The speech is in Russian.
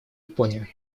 япония